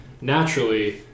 naturally